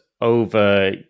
over